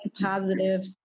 positive